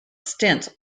stint